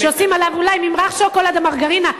ששמים עליו אולי ממרח שוקולד או מרגרינה.